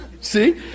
See